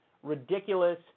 ridiculous